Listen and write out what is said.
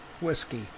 whiskey